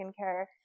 skincare